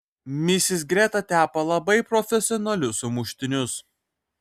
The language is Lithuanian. misis greta tepa labai profesionalius sumuštinius